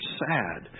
sad